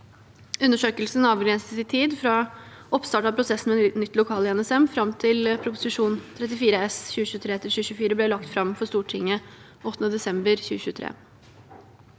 Undersøkelsen avgrenses i tid fra oppstart av prosessen med nytt lokale i NSM og fram til Prop. 34 S for 2023–2024 ble lagt fram for Stortinget 8. desember 2023.